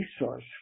resource